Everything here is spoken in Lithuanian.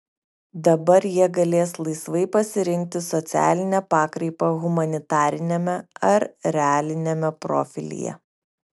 dabar jie galės laisvai pasirinkti socialinę pakraipą humanitariniame ar realiniame profilyje